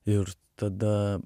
ir tada